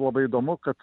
labai įdomu kad